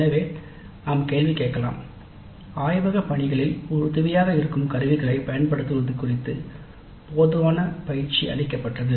எனவே நாம் கேள்வி கேட்கலாம் "ஆய்வகப் பணிகளில் உதவியாக இருக்கும் கருவிகளைப் பயன்படுத்துவது குறித்து போதுமான பயிற்சி அளிக்கப்பட்டது